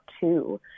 two